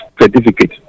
certificate